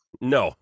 No